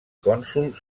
cònsol